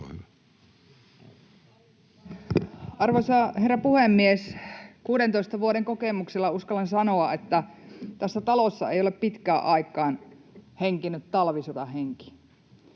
Arvoisa herra puhemies! 16 vuoden kokemuksella uskallan sanoa, että tässä talossa ei ole pitkään aikaan henkinyt talvisodan henki.